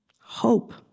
Hope